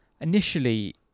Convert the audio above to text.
initially